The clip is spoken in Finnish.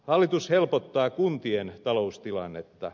hallitus helpottaa kuntien taloustilannetta